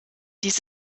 dies